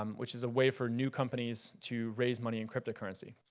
um which is a way for new companies to raise money in cryptocurrency.